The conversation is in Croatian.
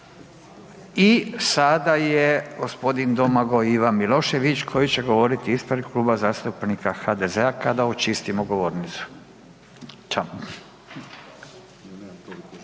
I sada je g. Domagoj Ivan Milošević koji će govoriti ispred Kluba zastupnika HDZ-a kada očistimo govornicu.